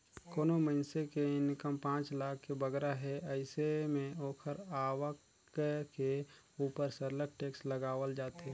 कोनो मइनसे के इनकम पांच लाख ले बगरा हे अइसे में ओकर आवक के उपर सरलग टेक्स लगावल जाथे